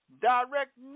Direct